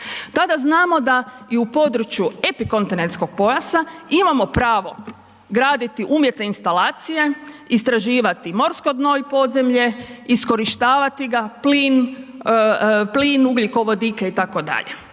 tada znamo da i u području epikontinentskog pojasa imamo pravo graditi umjetne instalacije, istraživati morsko dno i podzemlje, iskorištavati ga plin, ugljikovodike itd.